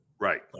Right